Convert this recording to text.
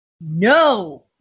No